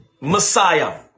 Messiah